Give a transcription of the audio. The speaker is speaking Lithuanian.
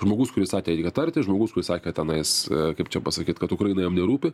žmogus kuris sakė kad tartis žmogus kuris sakė kad tenais kaip čia pasakyt kad ukraina jam nerūpi